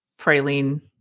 praline